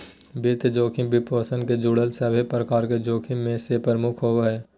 वित्तीय जोखिम, वित्तपोषण से जुड़ल सभे प्रकार के जोखिम मे से प्रमुख होवो हय